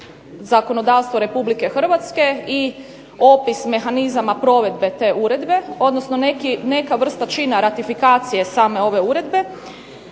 zakonodavstvo RH i opis mehanizama provedbe te uredbe, odnosno neka vrsta čina ratifikacije same ove uredbe.